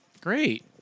Great